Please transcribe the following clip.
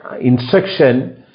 instruction